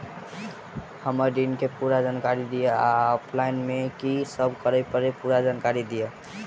हम्मर ऋण केँ पूरा जानकारी दिय आ ऑफलाइन मे की सब करऽ पड़तै पूरा जानकारी दिय?